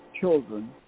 children